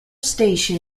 station